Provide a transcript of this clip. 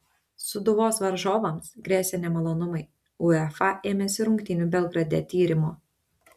sūduvos varžovams gresia nemalonumai uefa ėmėsi rungtynių belgrade tyrimo